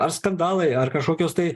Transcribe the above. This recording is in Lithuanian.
ar skandalai ar kažkokios tai